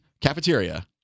cafeteria